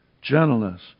gentleness